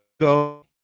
go